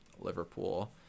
Liverpool